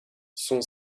son